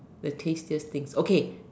the tastiest things okay